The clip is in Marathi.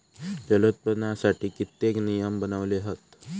जलोत्पादनासाठी कित्येक नियम बनवले हत